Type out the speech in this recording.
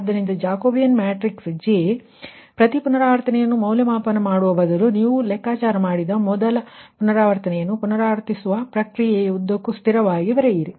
ಆದ್ದರಿಂದ Jacobian matrix J ಪ್ರತಿ ಪುನರಾವರ್ತನೆಯನ್ನು ಮೌಲ್ಯಮಾಪನ ಮಾಡುವ ಬದಲು ನೀವು ಲೆಕ್ಕಾಚಾರ ಮಾಡಿದ ಮೊದಲ ಪುನರಾವರ್ತನೆಯನ್ನು ಪುನರಾವರ್ತಿಸುವ ಪ್ರಕ್ರಿಯೆಯ ಉದ್ದಕ್ಕೂ ಸ್ಥಿರವಾಗಿ ಬರೆಯಿರಿ